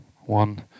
one